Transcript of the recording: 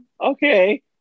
okay